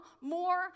more